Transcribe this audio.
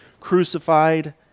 crucified